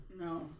No